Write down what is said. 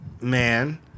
man